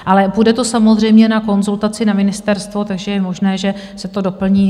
Ale bude to samozřejmě na konzultaci na ministerstvo, takže je možné, že se to doplní.